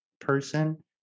person